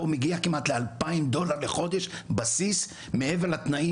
בישראל מגיע כמעט ל 2,000 דולר לחודש בסיס מעבר לתנאים האחרים.